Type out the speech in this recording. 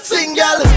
Single